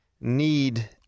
need-